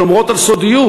שומרות על סודיות.